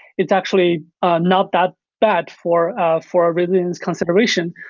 it's actually not that bad for ah for ah resilience consideration.